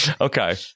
Okay